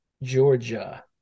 georgia